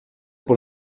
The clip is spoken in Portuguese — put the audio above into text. por